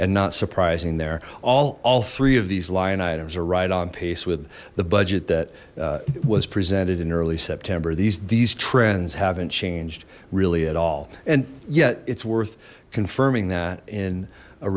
and not surprising they're all all three of these lyon items are right on pace with the budget that was presented in early september these these trends haven't changed really at all and yet it's worth confirming that in a